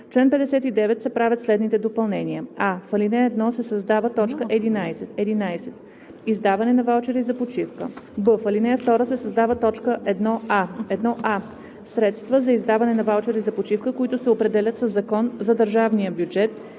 чл. 59 се правят следните допълнения: